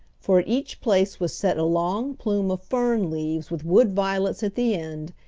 for at each place was set a long plume of fern leaves with wood violets at the end,